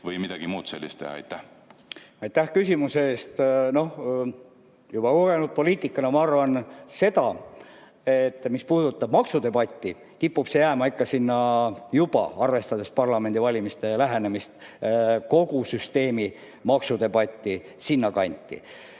või midagi muud sellist teha. Aitäh küsimuse eest! Juba kogenud poliitikuna ma arvan seda, et mis puudutab maksudebatti, kipub see jääma ikka sinna – arvestades parlamendivalimiste lähenemist – kogu süsteemi maksudebati pidamise